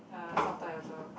uh soft toy also